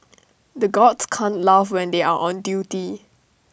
the guards can't laugh when they are on duty